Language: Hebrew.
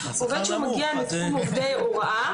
עובד שמגיע מתחום עובדי ההוראה,